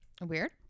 weird